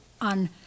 on